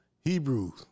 Hebrews